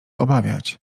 obawiać